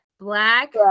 black